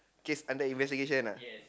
case under investigation ah